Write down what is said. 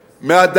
עיקרון.